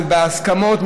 בהסכמות,